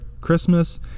christmas